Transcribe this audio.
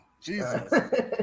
Jesus